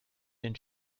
den